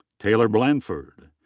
taylor blanford.